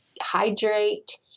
hydrate